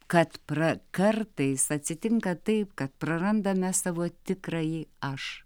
kad pra kartais atsitinka taip kad prarandame savo tikrąjį aš